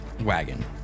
wagon